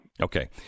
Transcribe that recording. okay